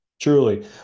Truly